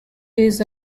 this